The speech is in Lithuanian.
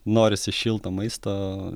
norisi šilto maisto